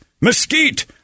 mesquite